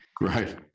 Right